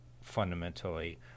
fundamentally